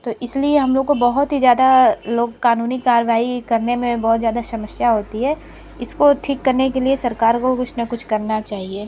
तो इसलिए हम लोग को बहुत ही ज़्यादा लोग कानूनी कार्रवाई करने में बहुत ज़्यादा समस्या होती है इसको ठीक करने के लिए सरकार को कुछ ना कुछ करना चाहिए